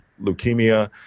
leukemia